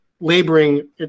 laboring